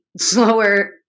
slower